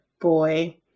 boy